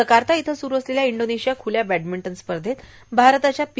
Jakarta इथं स्रू असलेल्या इंडोनेशिया खुल्या बॅडमिंटन स्पर्धेत भारताच्या पी